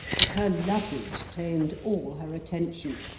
but her luggage claimed all her attention.